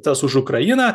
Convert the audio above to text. tas už ukrainą